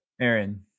Aaron